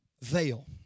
veil